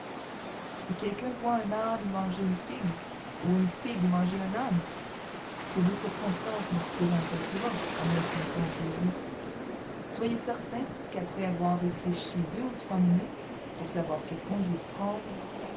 si quelqu'un voit un âne manger une figue ou une figue manger un âne ces deux circonstances ne se présentent pas souvent à moins que ce ne soit en poésie soyez certain qu'après avoir réfléchi deux ou trois minutes pour savoir quelle conduite prendre